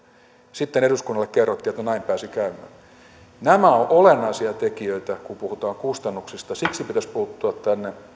sitten eduskunnalle kerrottiin että no näin pääsi käymään nämä ovat ollennaisia tekijöitä kun puhutaan kustannuksista siksi pitäisi puuttua tänne